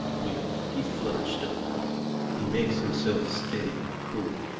will, he flushed up, but he makes himself steady and cool,